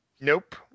Nope